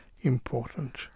important